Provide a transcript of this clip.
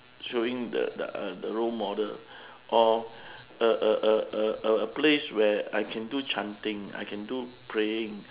showing the the the role model or a a a a a place where I can do chanting I can do praying